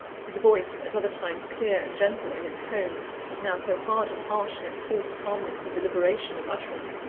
his voice, at other times clear and gentle in its tones, was now so hard and harsh in its forced calmness and deliberation of utterance,